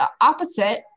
opposite